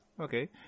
Okay